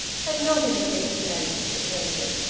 had not in the least anticipated.